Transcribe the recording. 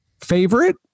favorite